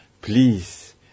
please